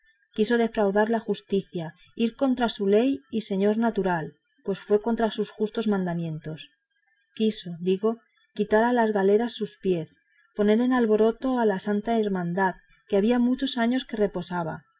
quiso defraudar la justicia ir contra su rey y señor natural pues fue contra sus justos mandamientos quiso digo quitar a las galeras sus pies poner en alboroto a la santa hermandad que había muchos años que reposaba